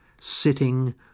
sitting